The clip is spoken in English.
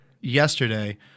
yesterday